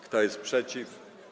Kto jest przeciw?